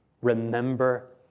Remember